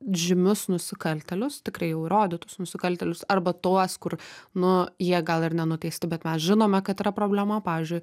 žymius nusikaltėlius tikrai jau įrodytus nusikaltėlius arba tuos kur nu jie gal ir nenuteisti bet mes žinome kad yra problema pavyzdžiui